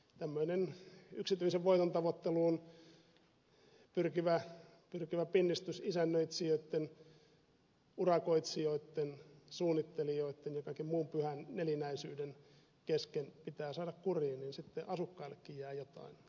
tämmöinen yksityisen voiton tavoitteluun pyrkivä pinnistys isännöitsijöitten urakoitsijoitten suunnittelijoitten ja kaiken muun pyhän nelinäisyyden kesken pitää saada kuriin ja sitten asukkaillekin jää jotain positiivista